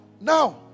Now